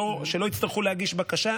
שלא יצטרכו להגיש בקשה.